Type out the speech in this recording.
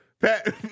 Pat